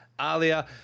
Alia